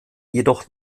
jedoch